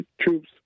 troops